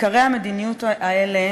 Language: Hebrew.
עיקרי המדיניות האלה,